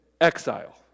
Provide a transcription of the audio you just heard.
exile